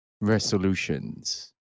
Resolutions